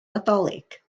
nadolig